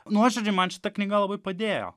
nuoširdžiai man šita knyga labai padėjo